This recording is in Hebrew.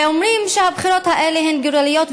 ואומרים שהבחירות האלה הן גורליות,